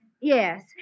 Yes